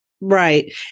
Right